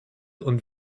und